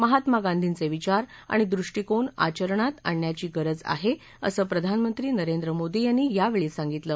महात्मा गांधींचे विचार आणि दृष्टीकोन आचरणात आणण्याची गरज आहे असं प्रधानमंत्री नरेंद्र मोदी यांनी यावेळी सांगितलं